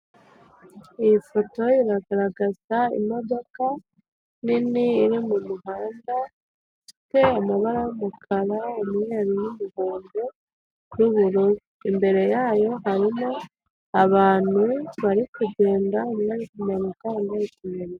Iyi foto iragaragaza imodoka nini iri mu muhanda iteye amabara y'umukara umweru n'umuhondo n'ubururu imbere yayo harimo abantu bari kugenda bari kumanuka.